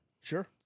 sure